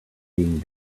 being